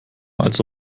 als